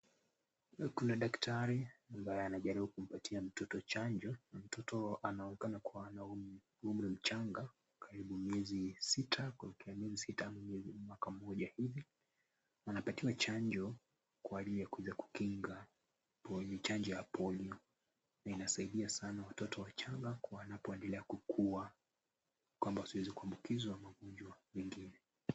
Kuna daktari ambaye anajaaribu kumpatia mtoto chanjo, mtoto anaonekana kua ana umri mchanga karibu miezi sita kuelekea mwaka mmoja hivi, anapatiwa chanjo kwa ajili ya kuja kukinga chanjo ya polio na iansaidia sana watotot wachanga wanapoendelea kukuwa kwamba wasiweze kuambukizwa magonjwa mengine.